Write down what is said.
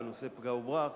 בנושא פגע-וברח,